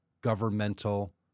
governmental